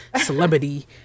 celebrity